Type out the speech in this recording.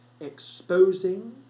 exposing